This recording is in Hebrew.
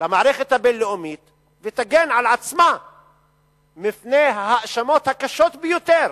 למערכת הבין-לאומית ותגן על עצמה מפני ההאשמות הקשות ביותר